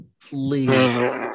please